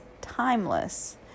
timeless